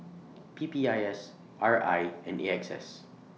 P P I S R I and A X S